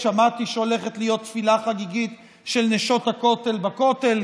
שמעתי שהולכת להיות תפילה חגיגית של נשות הכותל בכותל.